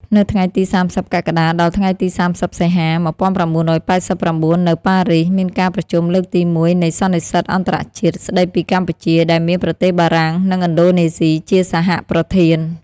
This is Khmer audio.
នៅថ្ងៃទី៣០ កក្កដា ដល់ថ្ងៃទី៣០ សីហា ១៩៨៩ នៅប៉ារីស មានការប្រជុំលើកទីមួយនៃសន្និសីទអន្តរជាតិស្តីពីកម្ពុជា ដែលមានប្រទេសបារាំង និងឥណ្ឌូនេស៊ី ជាសហប្រធាន។